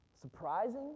Surprising